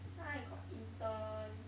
now I got intern